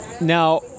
Now